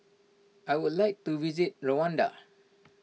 I would like to visit Rwanda